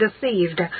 deceived